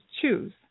choose